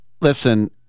listen